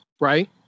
Right